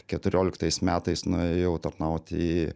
keturioliktais metais nuėjau tarnauti į